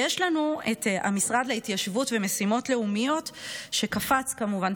ויש לנו המשרד להתיישבות ומשימות לאומיות שקפץ כמובן,